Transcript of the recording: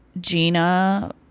Gina